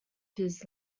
his